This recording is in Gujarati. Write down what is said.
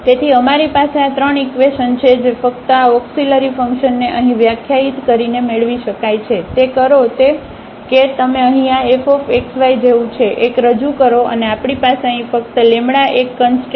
તેથી અમારી પાસે આ ત્રણ ઇકવેશન છે જે ફક્ત આ ઓક્સીલરી ફંકશનને અહીં વ્યાખ્યાયિત કરીને મેળવી શકાય છે તે કરો કે તમે અહીં આ fxy જેવું છે એક રજૂ કરો અને આપણી પાસે અહીં ફક્ત એક કંસટ્રેન છે